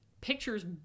pictures